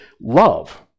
love